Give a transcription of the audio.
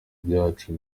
byacu